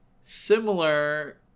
Similar